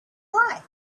wife